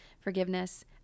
forgiveness